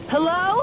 Hello